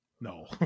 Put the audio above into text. no